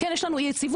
כן יש לנו אי יציבות,